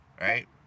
Right